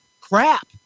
Crap